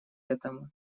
этому